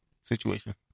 situation